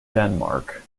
denmark